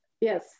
yes